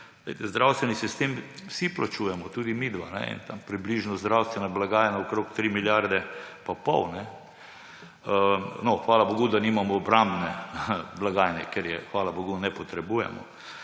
zdravstveni sistem vsi plačujemo, tudi midva, je tam približno zdravstvena blagajna okrog 3 milijarde in pol. No, hvala bogu, da nimamo obrambne blagajne, ker je, hvala bogu, ne potrebujemo.